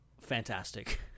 fantastic